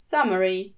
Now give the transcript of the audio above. Summary